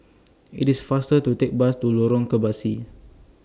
IT IS faster to Take Bus to Lorong Kebasi